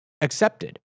accepted